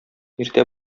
иртә